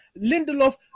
Lindelof